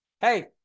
Hey